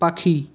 পাখি